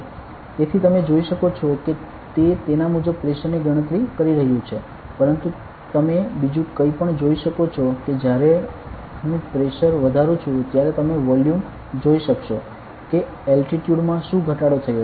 તેથી તમે જોઈ શકો છો કે તે તેના મુજબ પ્રેશર ની ગણતરી કરી રહ્યું છે પરંતુ તમે બીજું કંઈક પણ જોઈ શકો છો કે જ્યારે હું પ્રેશર વધારું છું ત્યારે તમે વેલ્યુ જોઈ શકશો કે એલટીટ્યુડ માં શું ઘટાડો થયો છે